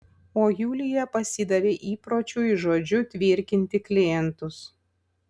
o julija pasidavė įpročiui žodžiu tvirkinti klientus